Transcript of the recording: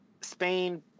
Spain